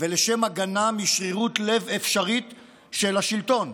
ולשם הגנה משרירות לב אפשרית של השלטון,